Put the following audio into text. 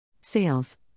Sales